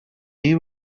you